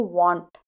want